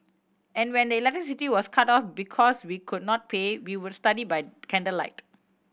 and when the electricity was cut off because we could not pay we would study by candlelight